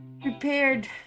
prepared